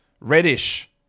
Reddish